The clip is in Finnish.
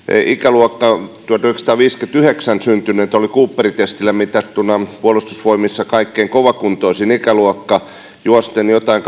ikäluokka tuhatyhdeksänsataaviisikymmentäyhdeksän syntyneet oli cooperin testillä mitattuna puolustusvoimissa kaikkein kovakuntoisin ikäluokka juosten jotain